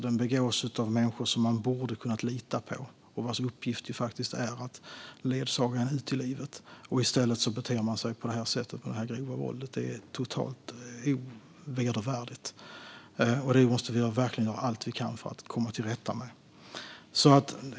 Den begås av människor som man borde kunna lita på och vars uppgift är att ledsaga en ut i livet. I stället beter man sig på det här sättet med detta grova våld. Det är helt vedervärdigt, och vi måste verkligen göra allt vi kan för att komma till rätta med detta.